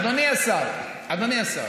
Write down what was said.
אדוני השר, אדוני השר,